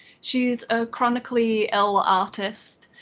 she's a chronically ill artist.